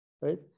right